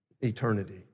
eternity